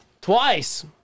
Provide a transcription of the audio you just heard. Twice